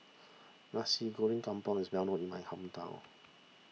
Nasi Goreng Kampung is well known in my hometown